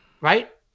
right